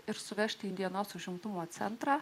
ir suvežti į dienos užimtumo centrą